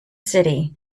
city